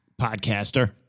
podcaster